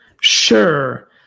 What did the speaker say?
Sure